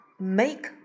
Make